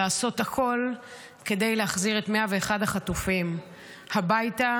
לעשות הכול כדי להחזיר את 101 החטופים הביתה,